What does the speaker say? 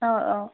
অঁ অঁ